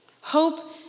Hope